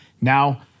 now